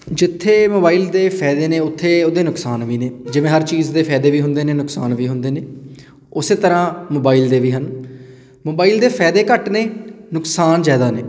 ਜਿੱਥੇ ਮੋਬਾਈਲ ਦੇ ਫਾਇਦੇ ਨੇ ਉੱਥੇ ਉਹਦੇ ਨੁਕਸਾਨ ਵੀ ਨੇ ਜਿਵੇਂ ਹਰ ਚੀਜ਼ ਦੇ ਫਾਇਦੇ ਵੀ ਹੁੰਦੇ ਨੇ ਨੁਕਸਾਨ ਵੀ ਹੁੰਦੇ ਨੇ ਉਸੇ ਤਰ੍ਹਾਂ ਮੋਬਾਇਲ ਦੇ ਵੀ ਹਨ ਮੋਬਾਈਲ ਦੇ ਫਾਇਦੇ ਘੱਟ ਨੇ ਨੁਕਸਾਨ ਜ਼ਿਆਦਾ ਨੇ